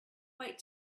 wait